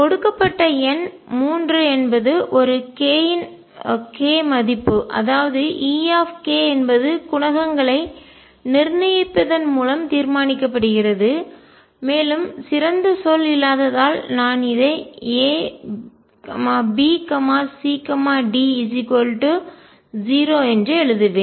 கொடுக்கப்பட்ட எண் 3 என்பது ஒரு k மதிப்பு அதாவது E என்பது குணகங்களை நிர்ணயிப்பதன் மூலம் தீர்மானிக்கப்படுகிறது மேலும் சிறந்த சொல் இல்லாததால் நான் இதை A B C D 0 என்று எழுதுவேன்